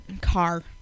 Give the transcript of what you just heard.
Car